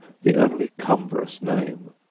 the only cumbrous name,